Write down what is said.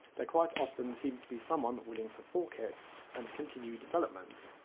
there quite often seems to be someone willing to fork it and continue development.